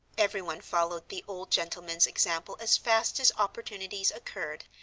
everyone followed the old gentleman's example as fast as opportunities occurred,